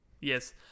Yes